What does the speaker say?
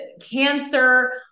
cancer